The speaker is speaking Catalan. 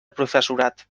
professorat